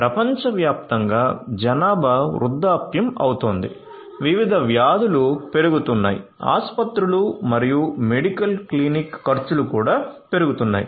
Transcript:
ప్రపంచవ్యాప్తంగా జనాభా వృద్ధాప్యం అవుతోంది వివిధ వ్యాధులు పెరుగుతున్నాయి ఆసుపత్రులు మరియు మెడికల్ క్లినిక్ ఖర్చులు కూడా పెరుగుతున్నాయి